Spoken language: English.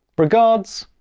regards,